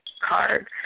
card